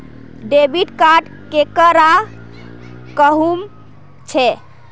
Debit card केकरा कहुम छे?